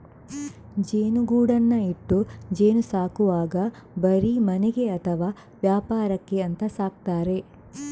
ಜೇನುಗೂಡನ್ನ ಇಟ್ಟು ಜೇನು ಸಾಕುವಾಗ ಬರೀ ಮನೆಗೆ ಅಥವಾ ವ್ಯಾಪಾರಕ್ಕೆ ಅಂತ ಸಾಕ್ತಾರೆ